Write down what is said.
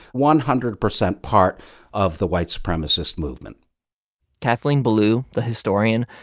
one hundred percent part of the white supremacist movement kathleen belew, the historian,